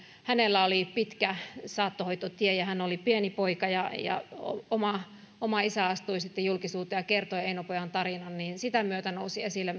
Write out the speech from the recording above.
hänellä oli pitkä saattohoitotie hän oli pieni poika ja ja oma oma isä astui sitten julkisuuteen ja kertoi eino pojan tarinan eli sen myötä nousi esille